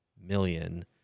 million